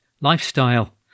Lifestyle